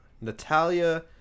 Natalia